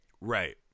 Right